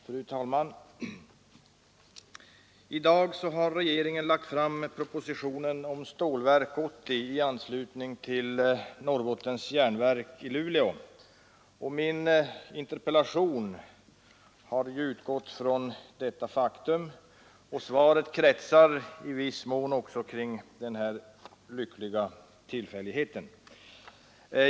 Fru talman! I dag har regeringen lagt fram propositionen om Stålverk 80 i anslutning till Norrbottens Järnverk i Luleå. Min interpellation har utgått från detta faktum, och svaret kretsar i viss mån kring den här lyckliga tilldragelsen.